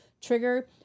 trigger